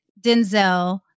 Denzel